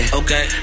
okay